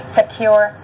secure